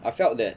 I felt that